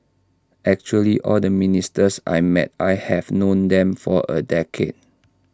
actually all the ministers I met I have known them for A decade